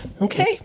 okay